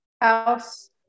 house